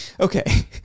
Okay